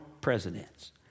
presidents